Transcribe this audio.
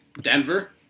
Denver